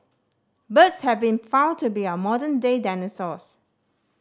birds have been found to be our modern day dinosaurs